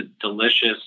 delicious